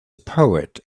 poet